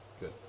Good